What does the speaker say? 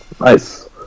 Nice